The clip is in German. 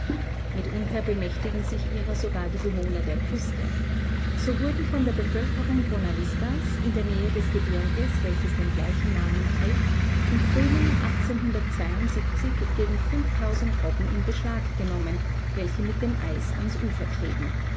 mitunter bemächtigen sich ihrer sogar die bewohner der küste so wurden von der bevölkerung bonavistas in der nähe des gebirges welches den gleichen namen trägt im frühling gegen fünftausend robben in beschlag genommen welche mit dem eis ans ufer trieben